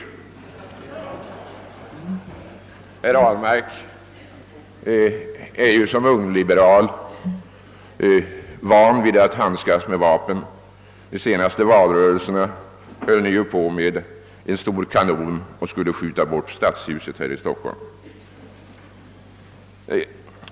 Men herr Ahlmark är väl som ungliberal van vid att handskas med vapen; under en av de senaste valrörelserna höll ni ju på med en stor kanon och skulle skjuta bort stadshuset här i Stockholm.